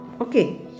Okay